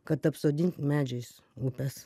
kad apsodint medžiais upes